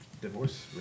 divorce